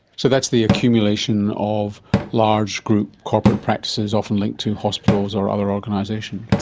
so that's the accumulation of large group corporate practices often linked to hospitals or other organisations?